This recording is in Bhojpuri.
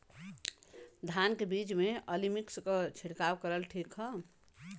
धान के बिज में अलमिक्स क छिड़काव करल ठीक ह?